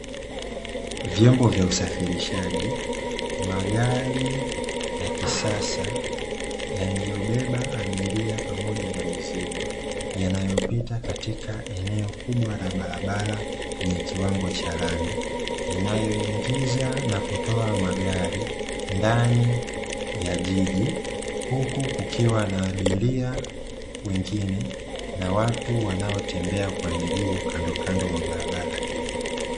Vyombo vya uaafirishaji, magari ya kisasa yaliyobeba abiria pamoja na mizigo yanayopita katika eneo kubwa la barabara yenye kiwango cha lami, inayoingiza na kutoa magari ndani ya jiji huku kukiwa na abiria wengine na watu wanaotembea kwa miguu kandokando mwa barabara hiyo.